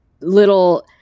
little